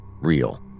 real